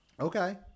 Okay